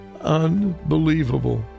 unbelievable